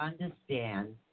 understand